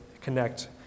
connect